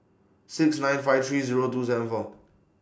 six nine five three Zero two seven four